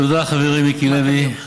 תודה, חברי מיקי לוי.